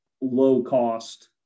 low-cost